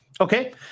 okay